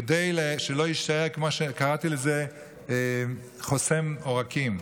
כדי שלא יישאר כמו שקראתי לזה חוסם עורקים,